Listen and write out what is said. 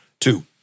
Two